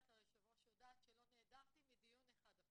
היושבת ראש יודעת שלא נעדרתי מדיון אחד,